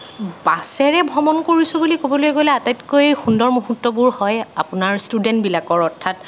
বাছেৰে ভ্ৰমণ কৰিছো বুলি ক'বলৈ গ'লে আটাইতকৈ সুন্দৰ মুহূৰ্তবোৰ হয় আপোনাৰ ষ্টুডেন্টবিলাকৰ অৰ্থাৎ